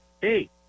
hey